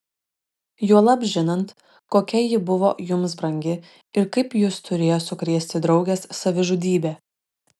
juolab žinant kokia ji buvo jums brangi ir kaip jus turėjo sukrėsti draugės savižudybė